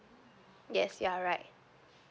yes you are right